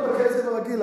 אני בקצב הרגיל.